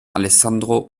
alessandro